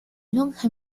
lonja